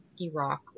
Iraq